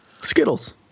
Skittles